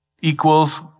equals